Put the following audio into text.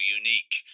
unique